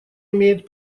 имеет